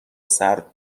سرد